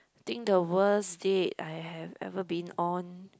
think the worst date I have ever been on